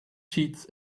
cheats